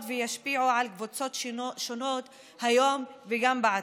וישפיעו על קבוצות שונות היום וגם בעתיד?